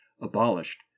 abolished